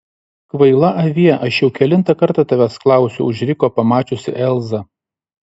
kvaila avie aš jau kelintą kartą tavęs klausiu užriko pamačiusi elzą